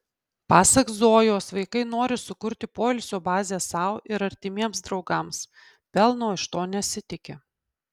pasak zojos vaikai nori sukurti poilsio bazę sau ir artimiems draugams pelno iš to nesitiki